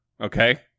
okay